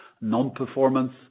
non-performance